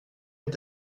est